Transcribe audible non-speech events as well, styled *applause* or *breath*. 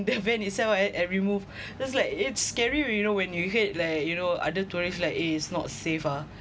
*laughs* the van itself I I remove *breath* that's like it's scary you know when you heard like you know other tourists like it's not safe ah